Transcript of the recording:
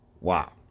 Wow